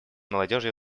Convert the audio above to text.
молодежью